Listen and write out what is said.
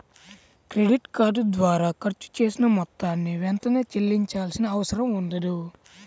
credit card ద్వారా ఖర్చు చేసిన మొత్తాన్ని వెంటనే చెల్లించాల్సిన అవసరం ఉండదు